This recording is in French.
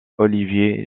olivier